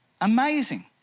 Amazing